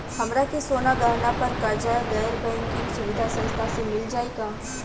हमरा के सोना गहना पर कर्जा गैर बैंकिंग सुविधा संस्था से मिल जाई का?